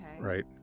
Right